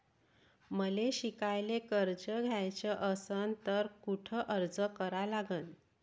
मले शिकायले कर्ज घ्याच असन तर कुठ अर्ज करा लागन?